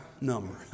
number